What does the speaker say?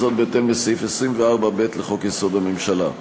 בהתאם לסעיף 24(ב) לחוק-יסוד: הממשלה.